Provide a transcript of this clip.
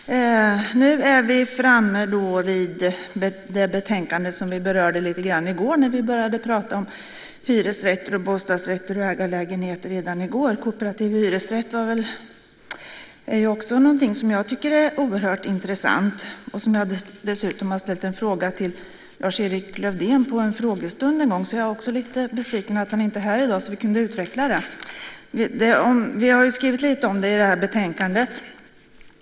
Herr talman! Nu är vi framme vid det betänkande som vi berörde lite grann igår. Vi började prata om hyresrätter, bostadsrätter och ägarlägenheter redan i går. Kooperativ hyresrätt är också någonting som jag tycker är oerhört intressant och som jag dessutom har ställt en fråga om till Lars-Erik Lövdén på en frågestund en gång. Så jag är också lite besviken över att han inte är här i dag så att vi hade kunnat utveckla det. Vi har skrivit lite om det i det här betänkandet.